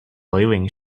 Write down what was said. leaving